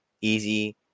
easy